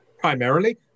primarily